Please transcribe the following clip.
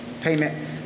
payment